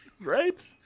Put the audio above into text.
Right